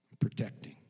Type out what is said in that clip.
protecting